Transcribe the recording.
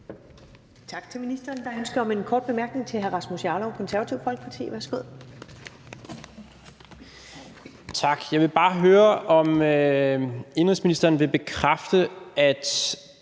Tak til ministeren. Der er ønske om en kort bemærkning til hr. Rasmus Jarlov, Det Konservative Folkeparti. Værsgo. Kl. 20:23 Rasmus Jarlov (KF): Tak. Jeg vil bare høre, om indenrigsministeren vil bekræfte, at